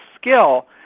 skill